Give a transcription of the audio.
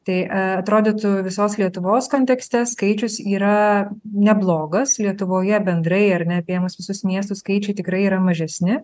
tai atrodytų visos lietuvos kontekste skaičius yra neblogas lietuvoje bendrai ar ne apėmus visus miestų skaičiai tikrai yra mažesni